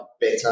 better